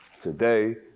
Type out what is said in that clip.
Today